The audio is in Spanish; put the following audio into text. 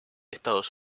estados